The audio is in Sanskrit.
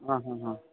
हां हां हां